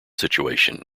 situation